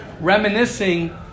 reminiscing